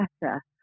better